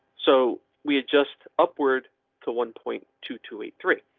so we adjust upward to one point two two eight three.